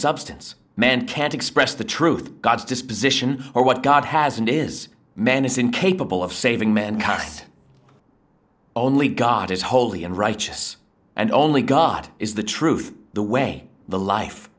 substance men can't express the truth god's disposition or what god has and is man is incapable of saving men cut only god is holy and righteous and only god is the truth the way the life